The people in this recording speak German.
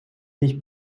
sich